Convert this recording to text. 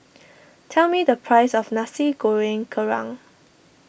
tell me the price of Nasi Goreng Kerang